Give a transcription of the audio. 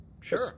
Sure